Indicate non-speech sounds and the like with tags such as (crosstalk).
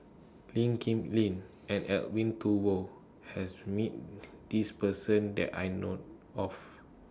Lee Kip Lin and Edwin Thumboo has meet (noise) This Person that I know of